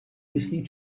listening